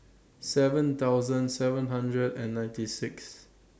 seven thousand seven hundred and ninety Sixth